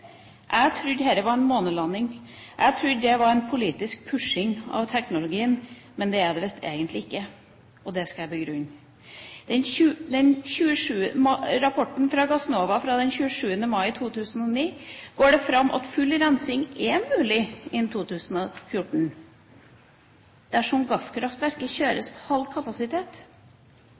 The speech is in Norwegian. Jeg trodde dette var en månelanding, jeg trodde det var en politisk pushing av teknologien, men det er det visst egentlig ikke, og det skal jeg begrunne. I rapporten fra Gassnova fra den 27. mai 2009 går det fram at full rensing er mulig innen 2014 dersom gasskraftverket kjøres på halv kapasitet.